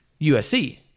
USC